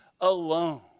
alone